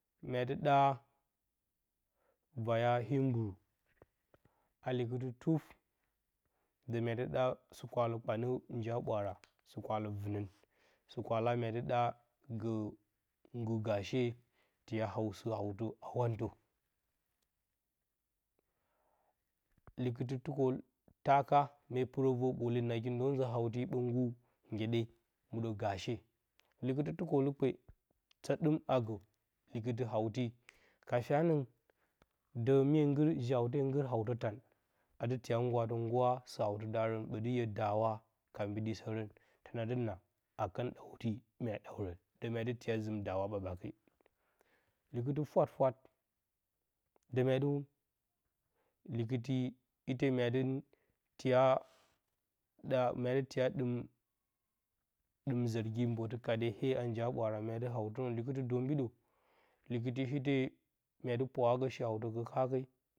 Mya di da vaya imburu a likɨlɨ tuf, də mya dɨ ɗa sɨ kwale kpanə njiya ɓwaara, mya dɨ ɗa gə nggɨr gaashe, fiya hausin hautə sɨ-kwalə vɨnən, sankwa'a mya dɨ ɗa gə nggɨr gaashe, tiya haasɨ hantə a wantə. Likita tukoltaka mee pɨrə ver-ɓole nag nde nzə hauti ɓə nggur ngyeɗe muɗə gaashe. Likɨti tukolukpe tə ɗɨm agə likɨtɨ hauti ka fyanəng domin də ji haute nggɨr hantə tan adɨ tiya ngguwə nggura sɨ hautɨ darə ɓati yo daawa, ka mbiɗis ərə. təna dɨ naa-a kə ɗawtti mya ɗawrə də mya dɨ tiya zɨm fwat fwat daawa ɓak-naake likɨti fwafwat də mya dɨ likɨti ite mya dɨ tiya mya de tiya ɗim zərgyi mbətɨ-kaade 'ye a njiya ɓwaara mya dɨ hautirə, likɨtɨ-dombiɗə likɨti the mya dɨ pwaarggə shi bautə gə kaake.